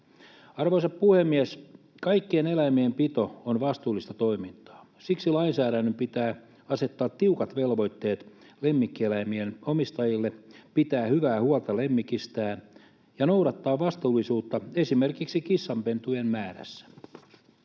Arvoisa puhemies! Kaikkien eläimien pito on vastuullista toimintaa. Siksi lainsäädännön pitää asettaa lemmikkieläimien omistajille tiukat velvoitteet pitää hyvää huolta lemmikistään ja noudattaa vastuullisuutta esimerkiksi kissanpentujen määrässä.